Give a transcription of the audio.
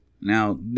Now